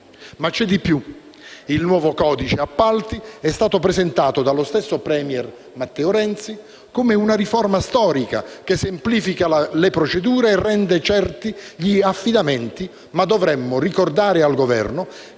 ma c'è di più. Il nuovo codice degli appalti è stato presentato dallo stesso *premier* Matteo Renzi come una riforma storica, che semplifica le procedure e rende certi gli affidamenti, ma dovremmo ricordare al Governo